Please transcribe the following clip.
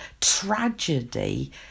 tragedy